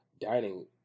dining